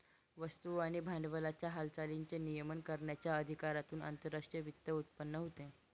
वस्तू आणि भांडवलाच्या हालचालींचे नियमन करण्याच्या अधिकारातून आंतरराष्ट्रीय वित्त उत्पन्न होते